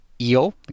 eel